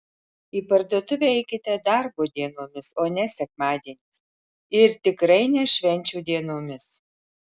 į parduotuvę eikite darbo dienomis o ne sekmadieniais ir tikrai ne švenčių dienomis